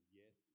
yes